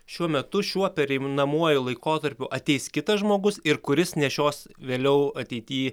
šiuo metu šiuo pereinamuoju laikotarpiu ateis kitas žmogus ir kuris nešios vėliau ateity